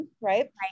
right